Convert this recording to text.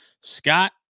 Scott